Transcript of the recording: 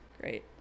Great